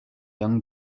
young